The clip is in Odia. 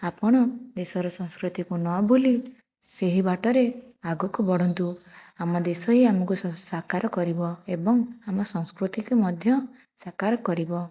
ଆପଣ ଦେଶର ସଂସ୍କୃତିକୁ ନ ଭୁଲି ସେହି ବାଟରେ ଆଗକୁ ବଢ଼ନ୍ତୁ ଆମ ଦେଶ ହିଁ ଆମକୁ ସାକାର କରିବ ଏବଂ ଆମ ସଂସ୍କୃତିକୁ ମଧ୍ୟ ସାକାର କରିବ